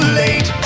late